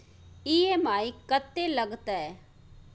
EMI कत्ते लगतै?